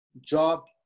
job